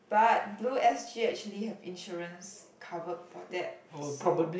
but Blue S_G actually have insurance covered for that so